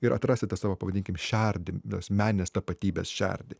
ir atrasi tą savo pavadinkim šerdį asmeninės tapatybės šerdį